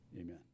Amen